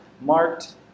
marked